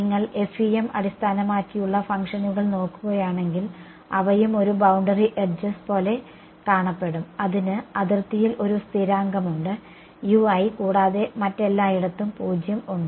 നിങ്ങൾ FEM അടിസ്ഥാനമാക്കിയുള്ള ഫംഗ്ഷനുകൾ നോക്കുകയാണെങ്കിൽ അവയും ഒരു ബൌണ്ടറി എഡ്ജസ് പോലെ കാണപ്പെടും അതിന് അതിർത്തിയിൽ ഒരു സ്ഥിരാങ്കമുണ്ട് കൂടാതെ മറ്റെല്ലായിടത്തും 0 ഉണ്ട്